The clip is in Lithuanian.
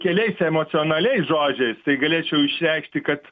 keliais emocionaliais žodžiais tai galėčiau išreikšti kad